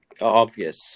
obvious